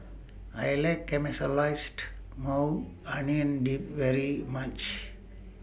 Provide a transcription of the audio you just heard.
I like Caramelized Maui Onion Dip very much